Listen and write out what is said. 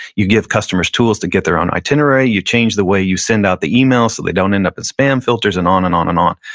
you give customers tools to get their own itinerary, you change the way you send out the emails, so they don't end up in spam filters and on, and on, and on.